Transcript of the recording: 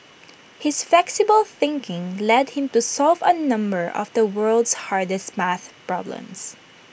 his flexible thinking led him to solve A number of the world's hardest math problems